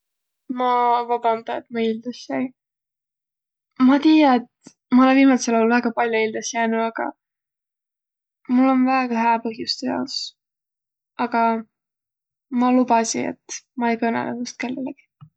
Ma vabanda, et ma ildas jäi. Ma tiiä, et ma olõ viimädsel aol väega pall'o ildas jäänüq, agaq mul om väega hää põhjus tuu jaos. Agaq ma lubasi, et ma ei kõnõlõ tuust kellelegi.